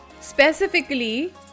Specifically